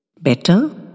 Better